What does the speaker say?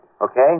Okay